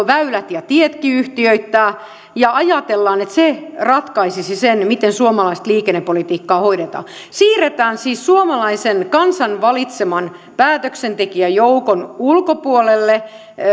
väylät ja tietkin yhtiöittää ja ajatellaan että se ratkaisisi sen miten suomalaista liikennepolitiikkaa hoidetaan siirretään siis suomalaisen kansan valitseman päätöksentekijäjoukon ulkopuolelle